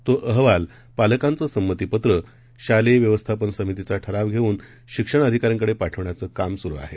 तोअहवालपालकांचंसंमतीपत्र शालेयव्यवस्थापनसमितीचाठरावघेऊनशिक्षणआधिकाऱ्यांकडेपाठवण्याचंकामसुरुआहे